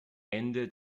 ende